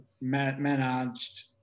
managed